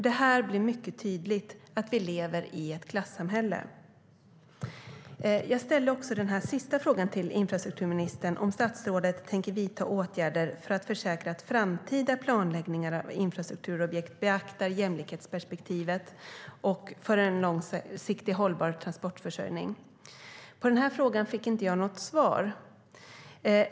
Det blir mycket tydligt att vi lever i ett klassamhälle. På denna fråga fick jag inte något svar.